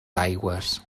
aigües